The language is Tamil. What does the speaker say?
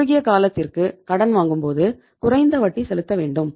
குறுகிய காலத்திற்கு கடன் வாங்கும்போது குறைந்த வட்டி செலுத்த வேண்டும்